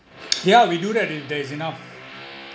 yeah we do that if there is enough